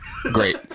Great